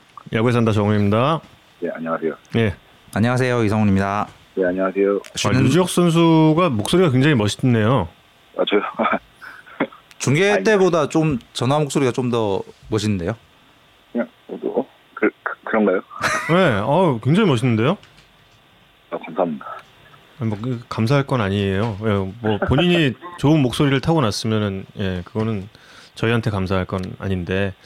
야구에 산다 정우영입니다. 예, 안녕하세요. 예. 안녕하세요, 이성훈입니다. 예, 안녕하세요. 아, 쉬는- 류지혁 선수가 목소리가 굉장히 멋있네요. 아, 저요? 중계 때보다 좀 전화 목소리가 좀 더 멋있는데요? 그냥, 어, 뭐, 그- 그- 그런가요? 네, 어우, 굉장히 멋있는데요? 아, 감사합니다. 아니, 뭐, 그, 감사할 건 아니에요. 예, 뭐, 본인이 좋은 목소리를 타고 났으면은, 예, 그거는 저희한테 감사할 건 아닌데.